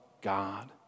God